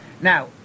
Now